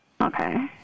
Okay